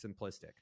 simplistic